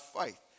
faith